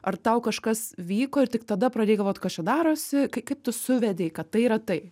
ar tau kažkas vyko ir tik tada pradėjai galvot kas čia darosi kaip tu suvedei ka tai yra tai